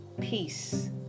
peace